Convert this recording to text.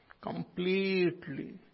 Completely